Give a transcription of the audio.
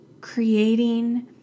creating